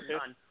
done